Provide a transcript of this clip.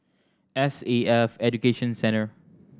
S A F Education Centre